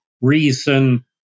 reason